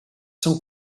són